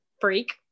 freak